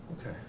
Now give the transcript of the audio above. Okay